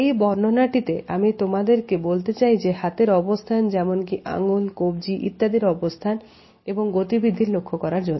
এই বর্ণনাটি তে আমি তোমাদেরকে বলতে চাই যে হাতের অবস্থান যেমন কি আংগুল কব্জি ইত্যাদির অবস্থান এবং গতিবিধি লক্ষ্য করার জন্য